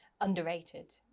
Underrated